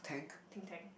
think tank